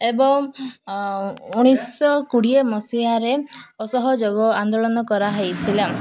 ଏବଂ ଉଣେଇଶ କୋଡ଼ିଏ ମସିହାରେ ଅସହଯୋଗ ଆନ୍ଦୋଳନ କରାହେଇଥିଲା